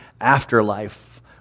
afterlife